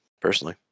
personally